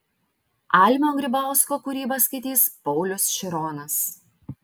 almio grybausko kūrybą skaitys paulius šironas